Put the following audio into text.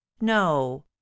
No